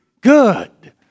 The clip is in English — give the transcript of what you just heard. good